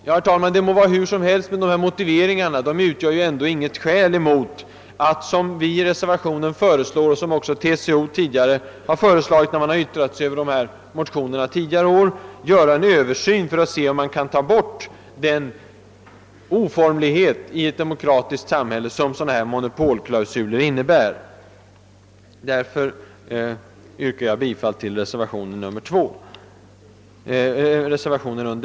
Det må nu vara hur som helst med motiveringarna, men de utgör inget skäl emot det som vi föreslår i reservationen och som TCO föreslagit när man där yttrat sig över motioner i frågan tidigare år, nämligen att företa en översyn för att se om vi inte kan få bort den oformlighet som s.k. organisationsklausuler är i ett demokratiskt samhälle. Jag yrkar därför bifall till reservationen II vid moment B.